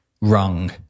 wrong